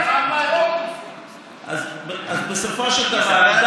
אז בסופו של דבר,